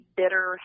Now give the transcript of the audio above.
bitter